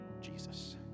Jesus